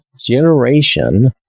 generation